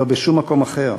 לא בשום מקום אחר,